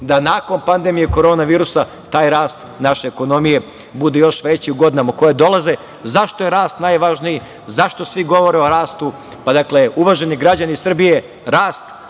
da nakon pandemije korona virusa taj rast naše ekonomije bude još veći u godinama koje dolaze. Zašto je rast najvažniji? Zašto svi govore o rastu? Pa, dakle, uvaženi građani Srbije rast